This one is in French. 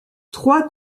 trois